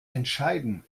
entscheiden